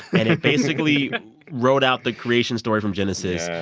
and it basically wrote out the creation story from genesis. yes.